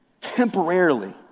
temporarily